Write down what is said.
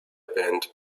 band